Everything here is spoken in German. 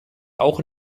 auch